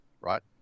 right